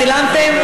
צילמתם?